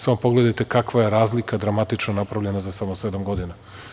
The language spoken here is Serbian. Samo pogledajte kakva je razlika dramatična napravljena za samo sedam godina.